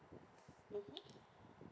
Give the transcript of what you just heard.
mmhmm